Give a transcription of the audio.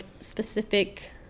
specific